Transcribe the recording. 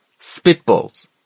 spitballs